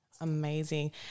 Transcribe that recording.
Amazing